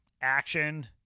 action